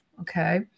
okay